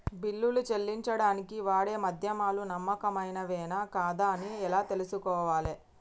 బిల్లులు చెల్లించడానికి వాడే మాధ్యమాలు నమ్మకమైనవేనా కాదా అని ఎలా తెలుసుకోవాలే?